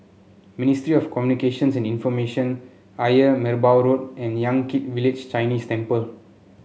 Ministry of Communications and Information Ayer Merbau Road and Yan Kit Village Chinese Temple